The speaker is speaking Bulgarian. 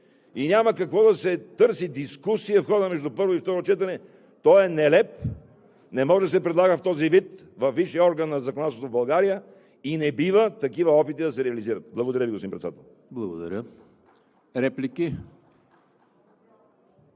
И няма какво да се търси дискусия в хода между първо и второ четене. Той е нелеп, не може да се предлага в този вид във висшия орган на законодателството в България и не бива такива опити да се реализират. Благодаря Ви, господин Председател. (Частични